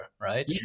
right